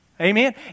Amen